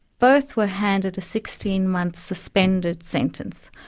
both were handed a sixteen month suspended sentence.